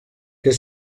que